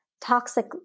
toxic